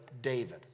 David